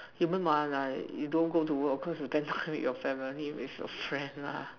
even my life you don't go to work because you spend time with family and your friends la